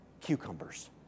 Cucumbers